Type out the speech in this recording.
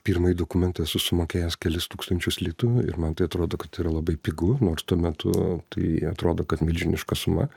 pirmąjį dokumentą esu sumokėjęs kelis tūkstančius litų ir man tai atrodo kad tai yra labai pigu nors tuo metu tai atrodo kad milžiniška suma